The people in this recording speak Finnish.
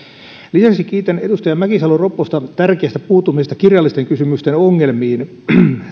lisäksi kiitän edustaja mäkisalo ropposta tärkeästä puuttumisesta kirjallisten kysymysten ongelmiin